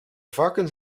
varkens